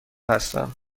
هستم